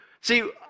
See